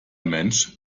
mensch